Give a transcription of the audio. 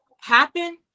happen